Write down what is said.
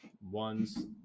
One's